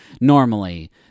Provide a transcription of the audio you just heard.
normally